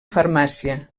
farmàcia